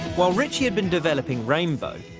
while ritchie had been developing rainbow,